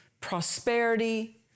prosperity